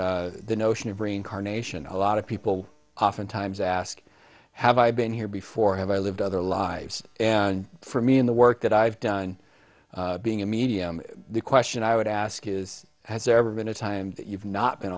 the notion of reincarnation a lot of people oftentimes ask have i been here before have i lived other lives and for me in the work that i've done being a medium the question i would ask is has ever been a time that you've not been